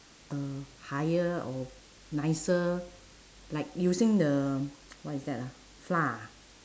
uh higher or nicer like using the what is that ah flour ah